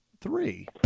three